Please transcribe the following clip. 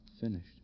finished